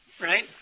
right